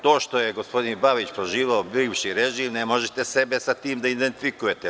To što je gospodin Babić proživeo bivši režim, ne možete sebe sa tim da identifikujete.